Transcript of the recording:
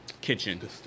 kitchen